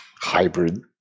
Hybrid